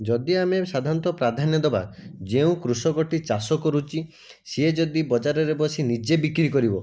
ଯଦି ଆମେ ସାଧାରଣତଃ ପ୍ରାଧାନ୍ୟ ଦବା ଯେଉଁ କୃଷକଟି ଚାଷ କରୁଛି ସିଏ ଯଦି ବଜାରରେ ବସି ନିଜେ ବିକ୍ରି କରିବ